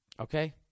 Okay